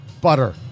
butter